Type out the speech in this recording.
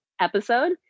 episode